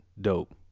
Dope